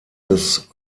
des